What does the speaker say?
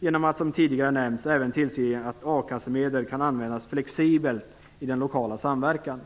genom att som tidigare nämnts även tillse att akassemedel kan användas flexibelt i den lokala samverkan.